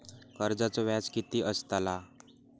कर्जाचो व्याज कीती असताला?